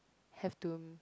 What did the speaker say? have to